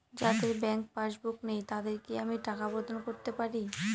যাদের bank passbook নেই তাদের কি আমি টাকা প্রদান করতে পারি?